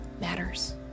matters